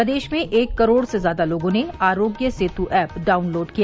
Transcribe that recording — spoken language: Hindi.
प्रदेश में एक करोड़ से ज्यादा लोगों ने आरोग्य सेतु ऐप डाउनलोड किया